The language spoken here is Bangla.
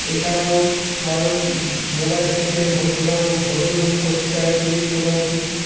এছাড়াও মানুষ মোবাইল থেকে হোট কোথাও হোটেল বুক করছে আগে থেকে কোথাও টিকিট